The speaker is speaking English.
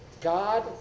God